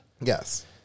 Yes